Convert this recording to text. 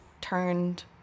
turned